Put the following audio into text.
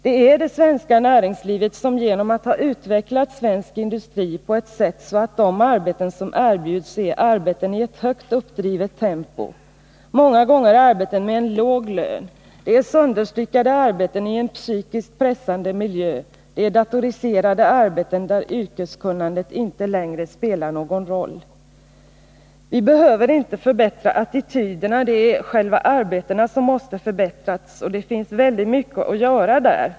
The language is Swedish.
Det är det svenska näringslivet som har utvecklat svensk industri på ett sådant sätt att de arbeten som erbjuds är arbeten i ett högt uppdrivet tempo, många gånger arbeten med en låg lön, sönderstyckade arbeten i en psykiskt pressande miljö, datoriserade arbeten där yrkeskunnandet inte längre spelar någon roll. Vi behöver inte förbättra attityderna, det är själva arbetena som måste förbättras, och det finns väldigt mycket att göra där.